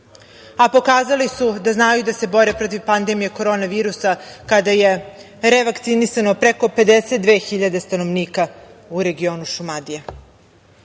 a pokazali su da znaju da se bore protiv pandemije korona virusa kada je revakcinisamo preko 52.000 stanovnika u regionu Šumadije. Vlada